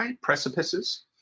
Precipices